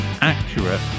accurate